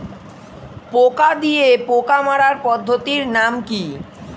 পোকা দিয়ে পোকা মারার পদ্ধতির নাম কি?